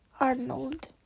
Arnold